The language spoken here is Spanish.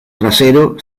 trasero